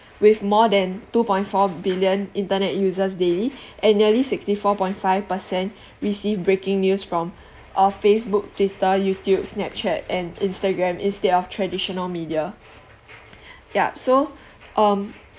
with more than two point four billion internet users daily and nearly sixty four point five per cent receive breaking news from uh facebook twitter youtube snapchat and instagram instead of traditional media ya so um